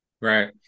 right